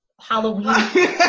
Halloween